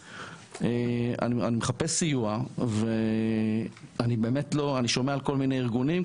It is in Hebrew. אני מחפש סיוע ואני שומע על כל מיני ארגונים,